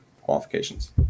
qualifications